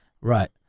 right